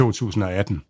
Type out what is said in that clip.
2018